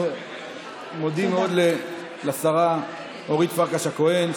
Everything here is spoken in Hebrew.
אנחנו מודים מאוד לשרה אורית פרקש הכהן,